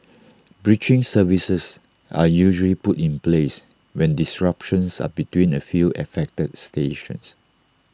bridging services are usually put in place when disruptions are between A few affected stations